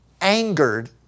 angered